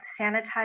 sanitize